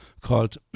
called